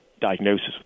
diagnosis